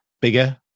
bigger